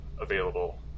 available